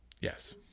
Yes